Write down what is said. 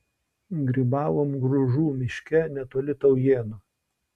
grybavom gružų miške netoli taujėnų